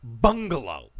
Bungalow